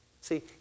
See